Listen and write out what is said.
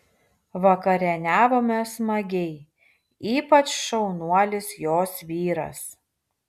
vakarieniavome smagiai ypač šaunuolis jos vyras